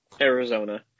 Arizona